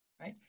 right